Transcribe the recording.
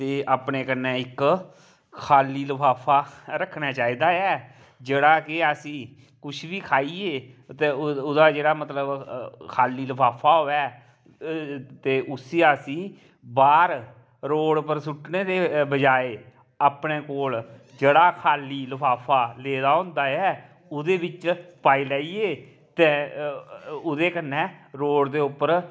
ते अपने कन्नै इक खा'ल्ली लफाफा रखना चाहिदा ऐ जेह्ड़ा कि असी कुछ बी खाइयै ओह्दा जेह्ड़ा मतलब खा'ल्ली लफाफा होऐ ते उसी असी बाह्र रोड पर सुट्टने दे बजाए अपने कोल जेह्ड़ा खा'ल्ली लफाफा लेदा होंदा ऐ ओह्दे बिच पा लेइयै ते ओह्दे कन्नै रोड दे उप्पर